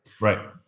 Right